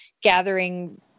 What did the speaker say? gathering